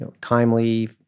timely